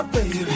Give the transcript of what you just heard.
baby